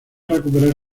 recuperar